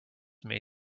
may